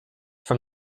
from